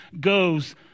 goes